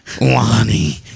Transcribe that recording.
Lonnie